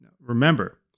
Remember